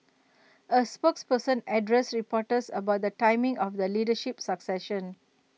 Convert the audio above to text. A spokesperson addressed reporters about the timing of the leadership succession